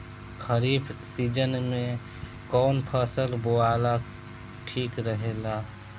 खरीफ़ season में कौन फसल बोअल ठिक रहेला ह?